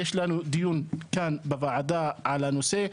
יש לנו דיון כאן בוועדה על הנושא,